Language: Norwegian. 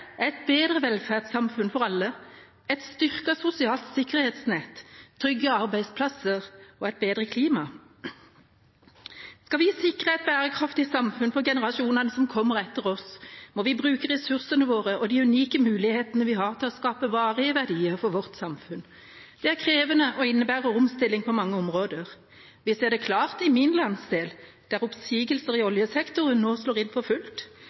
et bedre velferdssamfunn for alle, et styrket sosialt sikkerhetsnett, trygge arbeidsplasser og et bedre klima. Skal vi sikre et bærekraftig samfunn for generasjonene som kommer etter oss, må vi bruke ressursene våre og de unike mulighetene vi har, til å skape varige verdier for vårt samfunn. Det er krevende og innebærer omstilling på mange områder. Vi ser det klart i min landsdel, der oppsigelser i oljesektoren nå slår inn for fullt